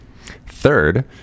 Third